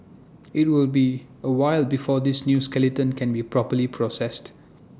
IT will be A while before this new skeleton can be properly processed